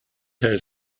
her